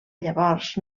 llavors